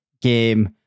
game